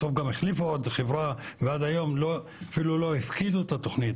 בסוף גם החליפו עוד חברה ועד היום אפילו לא הפקידו את התוכנית,